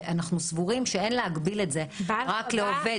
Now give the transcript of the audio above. ואנחנו סבורים שאין להגביל את זה רק לעובד